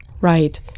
Right